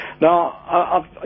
Now